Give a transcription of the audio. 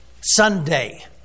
Sunday